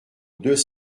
deux